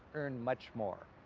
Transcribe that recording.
earn much more.